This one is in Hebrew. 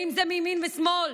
אם זה מימין ואם זה משמאל,